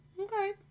Okay